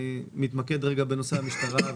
אני מתמקד רגע בנושא המשטרה,